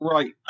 Right